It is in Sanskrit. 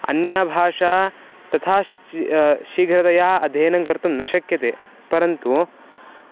अन्या भाषा तथा शि शीघ्रतया अध्ययनं कर्तुं न शक्यते परन्तु